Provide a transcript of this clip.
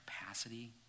capacity